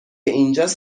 اینجاس